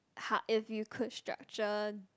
if you could structure